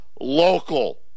local